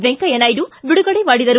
ವೆಂಕಯ್ಯ ನಾಯ್ಡ ಬಿಡುಗಡೆ ಮಾತನಾಡಿದರು